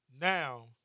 Now